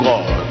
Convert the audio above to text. God